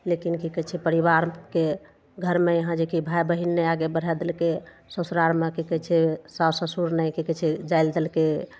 लेकिन की कहय छै परिवारके घरमे यहाँ जे कि भाय बहिन नहि आगे बढ़य देलकय ससुरालमे की कहय छै सासु ससुर नहि की कहय छै जाय लै देलकय